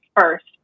first